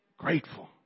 grateful